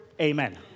Amen